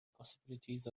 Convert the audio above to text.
possibilities